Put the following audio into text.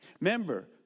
Remember